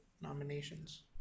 nominations